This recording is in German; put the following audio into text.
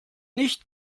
nicht